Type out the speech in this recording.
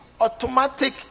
automatic